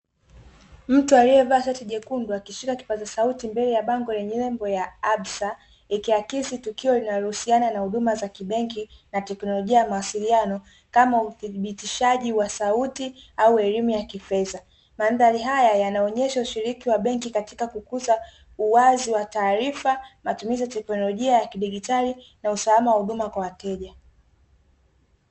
Mtu aliyevaa shati jekundu akishika kipaza sauti mbele ya bango lenye nembo ya 'ADSA' ikiakisi tokeo linalohusiana na huduma za kibenki na teknolojia ya mawasiliano kama uthibitishaji wa sauti au elimu ya kifedha. Mandhari haya yanaonyesha ushiriki wa benki katika kukuza uwazi wa taarifa matumizi ya kiteknologia ya kidigitari na usalama wa huduma kwa wateja.